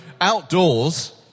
outdoors